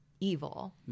Evil